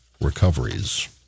recoveries